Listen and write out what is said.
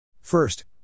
First